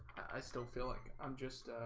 i still feel like i'm just